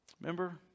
Remember